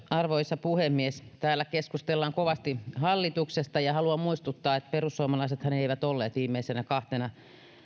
arvoisa puhemies täällä keskustellaan kovasti hallituksesta ja haluan muistuttaa että perussuomalaisethan eivät olleet viimeisenä kahtena